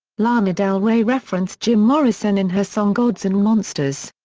lana del rey referenced jim morrison in her song gods and monsters.